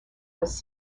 was